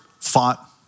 fought